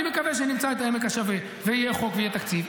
אני מקווה שנמצא את עמק השווה ויהיה חוק ויהיה תקציב.